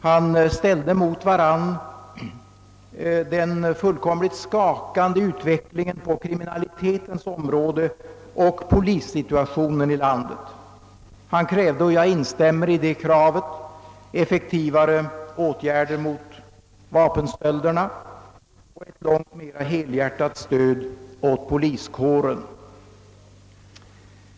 Han ställde mot varandra den fullkomligt skakande utvecklingen på kriminalitetens område och polissituationen i landet. Han krävde — och jag instämmer i detta krav — effektivare åtgärder mot vapenstölderna och ett långt mera helhjärtat stöd åt poliskåren.